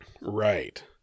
Right